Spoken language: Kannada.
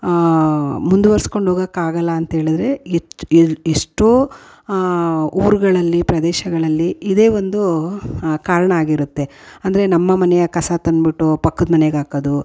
ಮುಂದುವರ್ಸ್ಕೊಂಡು ಹೋಗೋಕ್ಕಾಗಲ್ಲ ಅಂತ್ಹೇಳಿದ್ರೆ ಹೆಚ್ಚು ಎಷ್ಟೋ ಊರುಗಳಲ್ಲಿ ಪ್ರದೇಶಗಳಲ್ಲಿ ಇದೇ ಒಂದೂ ಕಾರಣ ಆಗಿರುತ್ತೆ ಅಂದರೆ ನಮ್ಮ ಮನೆಯ ಕಸ ತಂದುಬಿಟ್ಟು ಪಕ್ಕದ ಮನೆಗ್ಹಾಕೋದು